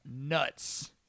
nuts